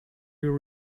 your